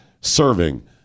serving